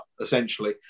essentially